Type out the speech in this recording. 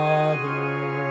Father